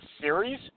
series